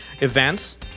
Events